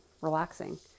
relaxing